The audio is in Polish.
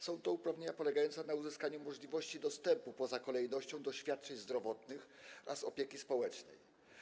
Są to uprawnienia polegające na uzyskaniu możliwości dostępu poza kolejnością do świadczeń zdrowotnych oraz opieki społecznej.